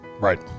Right